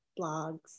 blogs